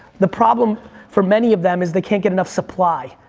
the problem for many of them is they can't get enough supply.